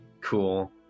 Cool